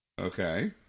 okay